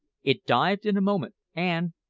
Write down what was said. it dived in a moment, and,